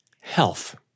health